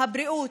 הבריאות,